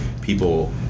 people